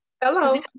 hello